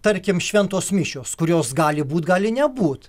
tarkim šventos mišios kurios gali būt gali nebūt